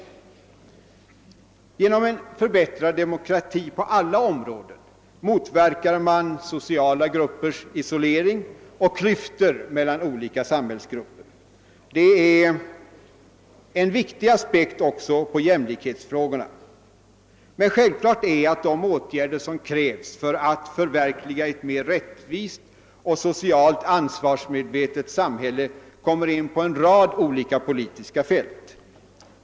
Genom en förbättrad demokrati på alla områden motverkar man sociala gruppers isolering och klyftor mellan olika samhällsgrupper. Detta är en viktig aspekt också på jämlikhetsfrågorna. Men självklart är att de åtgärder som krävs för att förverkliga ett mera rättvist och socialt ansvarsmedvetet samhälle måste sättas in på en rad olika politiska fält.